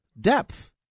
depth